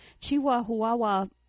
Chihuahua